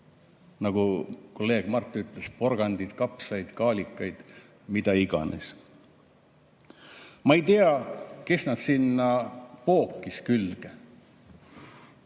nagu kolleeg Mart ütles: porgandeid, kapsaid, kaalikaid, mida iganes. Ma ei tea, kes nad sinna külge